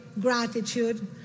gratitude